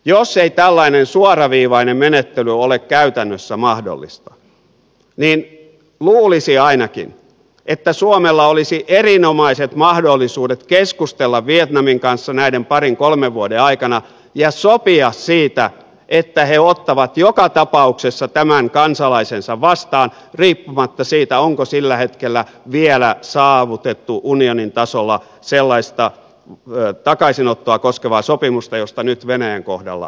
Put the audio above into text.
jos ei tällainen suoraviivainen menettely ole käytännössä mahdollista niin luulisi ainakin että suomella olisi erinomaiset mahdollisuudet keskustella vietnamin kanssa näiden parin kolmen vuoden aikana ja sopia siitä että he ottavat joka tapauksessa tämän kansalaisensa vastaan riippumatta siitä onko sillä hetkellä vielä saavutettu unionin tasolla sellaista takaisinottoa koskevaa sopimusta josta nyt venäjän kohdalla on kyse